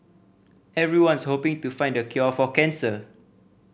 everyone's hoping to find the cure for cancer